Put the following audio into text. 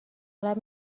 اغلب